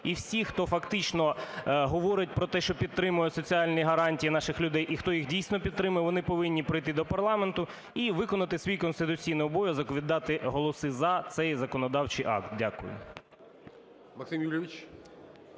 і всі, хто фактично говорить про те, що підтримує соціальні гарантії наших людей і хто їх, дійсно, підтримує, вони повинні пройти до парламенту і виконати свій конституційний обов'язок – віддати голоси за цей законодавчий акт. Дякую.